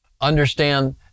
Understand